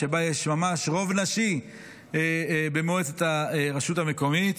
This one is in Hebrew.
שבה יש ממש רוב נשי במועצת הרשות המקומית,